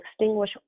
extinguish